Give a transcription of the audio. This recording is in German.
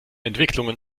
entwicklungen